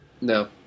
No